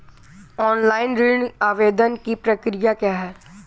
Online ऋण आवेदन की प्रक्रिया क्या है?